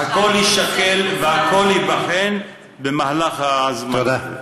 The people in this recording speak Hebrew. הכול יישקל והכול ייבחן במהלך הזמן.